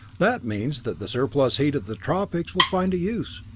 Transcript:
that means that the surplus heat of the tropics will find a use.